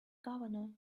governor